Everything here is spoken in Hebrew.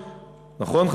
נכון,